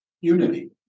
Unity